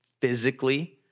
physically